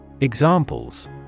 Examples